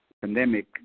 pandemic